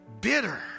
bitter